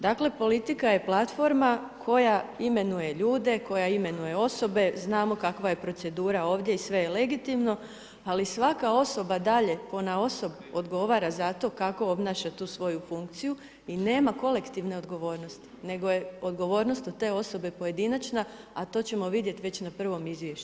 Dakle, politika je platforma koja imenuje ljude, koja imenuje osobe, znamo kakva je procedura ovdje i sve je legitimno, ali svaka osoba dalje ponaosob odgovara za to kako obnaša tu svoju funkciju, i nema kolektivne odgovornosti, nego je odgovornost od te osobe pojedinačna, a to ćemo vidjeti već na prvom izvješću.